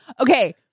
Okay